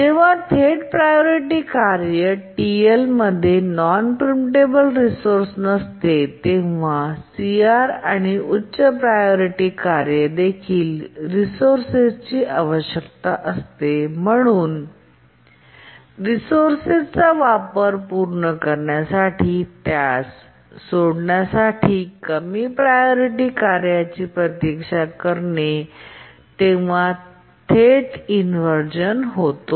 जेव्हा थेट प्रायोरिटी कार्य TL मध्ये नॉन प्रिम्पटेबल रिसोर्स नसते तेव्हा CR आणि उच्च प्रायोरिटी कार्य देखील रिसोर्सची आवश्यकता असते आणि म्हणूनच रिसोर्सचा वापर पूर्ण करण्यासाठी आणि त्यास सोडण्यासाठी कमी प्रायोरिटी कार्याची प्रतीक्षा करते तेव्हा थेट इन्व्हरझेन होतो